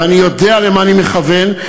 ואני יודע למה אני מכוון,